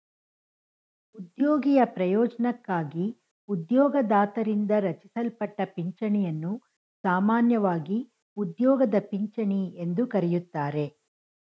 ಉದ್ಯೋಗಿಯ ಪ್ರಯೋಜ್ನಕ್ಕಾಗಿ ಉದ್ಯೋಗದಾತರಿಂದ ರಚಿಸಲ್ಪಟ್ಟ ಪಿಂಚಣಿಯನ್ನು ಸಾಮಾನ್ಯವಾಗಿ ಉದ್ಯೋಗದ ಪಿಂಚಣಿ ಎಂದು ಕರೆಯುತ್ತಾರೆ